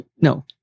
no